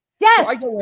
Yes